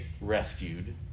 rescued